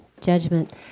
judgment